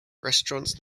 restaurants